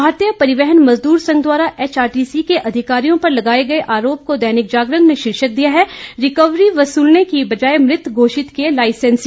भारतीय परिवहन मजदूर संघ द्वारा एचआरटीसी के अधिकारियों पर लगाए गए आरोप को दैनिक जागरण ने शीर्षक दिया है रिकवरी वसूलने की वजाय मृत घोषित किया लाइसैंसी